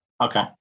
okay